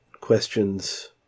questions